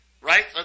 right